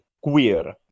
queer